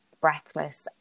breathless